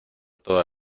toda